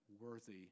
worthy